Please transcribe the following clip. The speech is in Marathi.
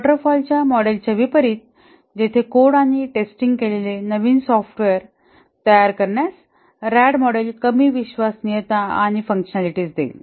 वॉटर फॉल च्या मॉडेलच्या विपरीत जेथे कोड आणि टेस्टिंग केलेले नवीन सॉफ्टवेअर तयार करण्यास रॅड मॉडेल कमी विश्वसनीयता आणि फँकशनलिटीज देईल